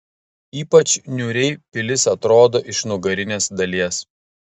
ypač niūriai pilis atrodo iš nugarinės dalies